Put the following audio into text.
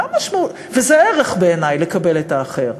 וזה ערך בעיני, לקבל את האחר.